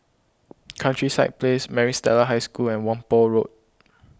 Countryside Place Maris Stella High School and Whampoa Road